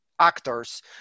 Actors